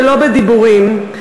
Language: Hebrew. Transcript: ולא בדיבורים,